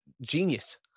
genius